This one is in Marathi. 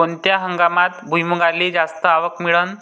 कोनत्या हंगामात भुईमुंगाले जास्त आवक मिळन?